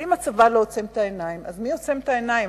אם הצבא לא עוצם את העיניים, מי עוצם את העיניים?